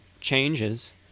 changes